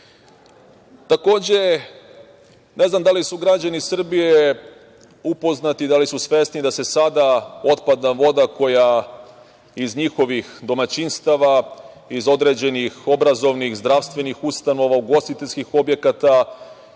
vodu. Takođe, ne znam da li su građani Srbije upoznati, da li su svesni da se sada otpadna voda koja iz njihovih domaćinstava, iz određenih obrazovnih, zdravstvenih ustanova, ugostiteljskih objekata,